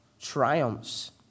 triumphs